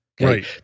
Right